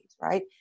right